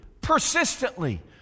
persistently